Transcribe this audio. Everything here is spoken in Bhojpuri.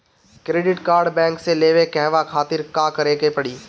क्रेडिट कार्ड बैंक से लेवे कहवा खातिर का करे के पड़ी?